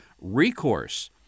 recourse